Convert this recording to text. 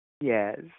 Yes